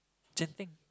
Genting